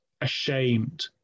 ashamed